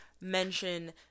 mention